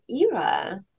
era